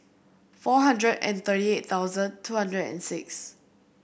four hundred and thirty eight thousand two hundred and six